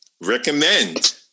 Recommend